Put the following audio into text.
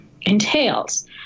entails